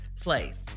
place